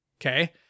Okay